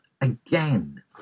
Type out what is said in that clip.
again